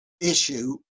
issue